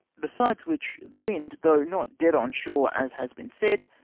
besides which, the wind, though not dead on shore, as has been said,